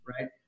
right